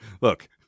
Look